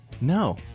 No